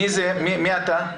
מי אתה?